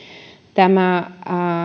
tämä